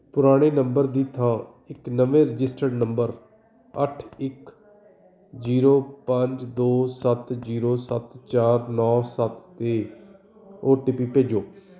ਪੁਰਾਣੇ ਨੰਬਰ ਦੀ ਥਾਂ ਇੱਕ ਨਵੇਂ ਰਜਿਸਟਰਡ ਨੰਬਰ ਅੱਠ ਇੱਕ ਜੀਰੋ ਪੰਜ ਦੋ ਸੱਤ ਜੀਰੋ ਸੱਤ ਚਾਰ ਨੌਂ ਸੱਤ 'ਤੇ ਓ ਟੀ ਪੀ ਭੇਜੋ